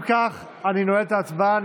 אם כך, אני נועל את ההצבעה.